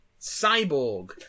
Cyborg